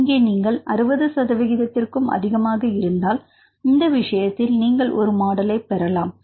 இங்கே நீங்கள் இது 60 சதவிகிதத்திற்கும் அதிகமாக இருந்தால் இந்த விஷயத்தில் நீங்கள் ஒரு மாடலை பெறலாம்